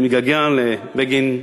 אני מתגעגע לבגין,